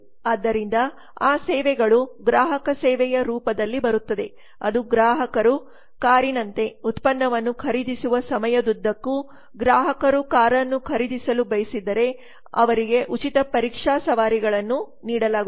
ಆದ್ದರಿಂದ ಆ ಸೇವೆಗಳು ಗ್ರಾಹಕ ಸೇವೆಯ ರೂಪದಲ್ಲಿ ಬರುತ್ತದೆ ಅದು ಗ್ರಾಹಕರು ಕಾರಿನಂತೆ ಉತ್ಪನ್ನವನ್ನು ಖರೀದಿಸುವ ಸಮಯದುದ್ದಕ್ಕೂ ಗ್ರಾಹಕರು ಕಾರನ್ನು ಖರೀದಿಸಲು ಬಯಸಿದರೆ ಅವರಿಗೆ ಉಚಿತ ಪರೀಕ್ಷಾ ಸವಾರಿಗಳನ್ನು ನೀಡಲಾಗುತ್ತದೆ